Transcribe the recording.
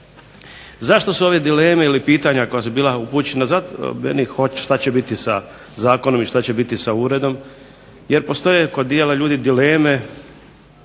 Zašto su ove dileme i pitanja koja su bila upućena meni što će biti sa zakonom i što će biti s uredom, jer postoje kod dijela ljudi dileme